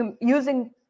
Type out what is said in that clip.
using